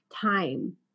time